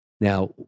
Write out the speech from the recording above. Now